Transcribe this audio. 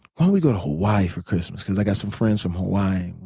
why don't we go to hawaii for christmas? because i've got some friends from hawaii.